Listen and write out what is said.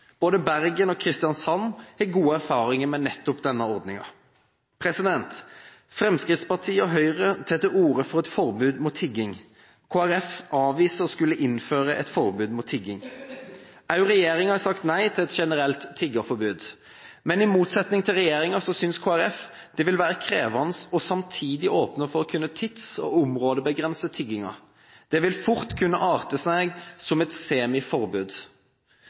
Både Bergen og Kristiansand har gode erfaringer med nettopp denne ordningen. Fremskrittspartiet og Høyre tar til orde for et forbud mot tigging. Kristelig Folkeparti avviser å skulle innføre et forbud mot tigging. Regjeringen har også sagt nei til et generelt tiggeforbud. I motsetning til regjeringen synes Kristelig Folkeparti det vil være krevende samtidig å åpne for å kunne tids- og områdebegrense tiggingen. Det vil raskt kunne arte seg som et